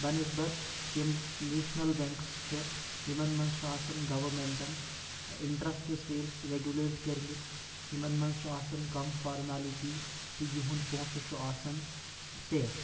بنِسبط یِم national banks چھِ یِمن منٛز چھُ آسان گورنمنٹَن اِنٹرٛسٹٕس ریٹس ریٚگوٗلیٹ کٔرۍ مٕتۍ یِمن منٛز چھُ آسان کم فارمیلِٹی تہٕ یِہُنٛد پونٛسہٕ چھُ آسان سیف